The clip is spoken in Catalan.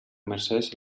mercès